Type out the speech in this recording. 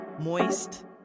moist